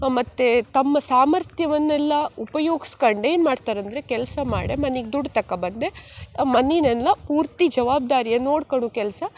ಮತ್ತು ತಮ್ಮ ಸಾಮರ್ಥ್ಯವನ್ನೆಲ್ಲ ಉಪಯೋಗ್ಸ್ಕಂಡು ಏನು ಮಾಡ್ತಾರೆ ಅಂದರೆ ಕೆಲಸ ಮಾಡೇ ಮನಿಗೆ ದುಡ್ಡು ತಕೊಬಂದೆ ಮನೆನೆಲ್ಲ ಪೂರ್ತಿ ಜವಾಬ್ದಾರಿಯ ನೋಡ್ಕಳ್ಳು ಕೆಲಸ